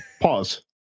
Pause